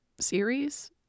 series